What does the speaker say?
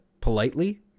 politely